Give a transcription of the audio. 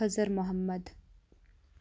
Khazir Mohammad